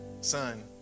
son